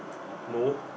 no